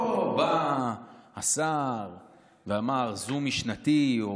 לא בא השר ואמר: זו משנתי.